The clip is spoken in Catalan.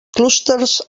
clústers